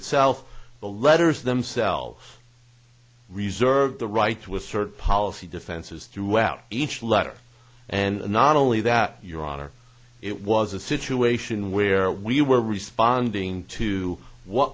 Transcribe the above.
itself the letters themselves reserve the right to assert policy defenses throughout each letter and not only that your honor it was a situation where we were responding to what